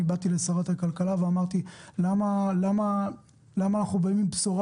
באתי לשרת הכלכלה ואמרתי למה אנחנו באים לבשורה